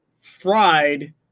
fried